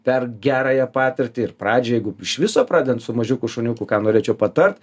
per gerąją patirtį ir pradžią jeigu iš viso pradedant su mažiuku šuniuku ką norėčiau patart